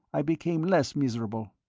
i became less miserable.